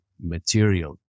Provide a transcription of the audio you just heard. material